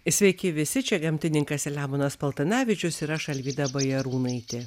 sveiki visi čia gamtininkas selemonas paltanavičius ir aš alvyda bajarūnaitė